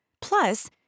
Plus